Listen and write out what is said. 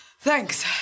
Thanks